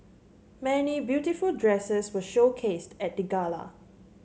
many beautiful dresses were showcased at the gala